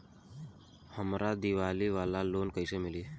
हमरा दीवाली वाला लोन कईसे मिली?